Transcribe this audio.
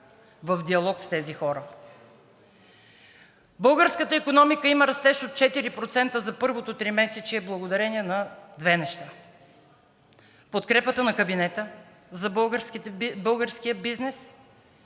в диалог с тези хора. Българската икономика има растеж от 4% за първото тримесечие благодарение на две неща: подкрепата на кабинета за българския бизнес